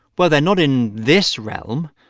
well, they're not in this realm.